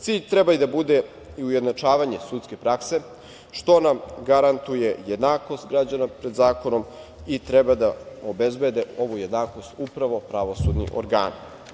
Cilj treba da bude i ujednačavanje sudske prakse, što nam garantuje jednakost građana pred zakonom i treba da obezbede ovu jednakost upravo pravosudni organi.